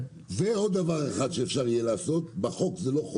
עוד דבר אחד שאפשר יהיה לעשות בחוק זו לא חובה